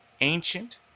ancient